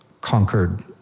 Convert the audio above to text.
conquered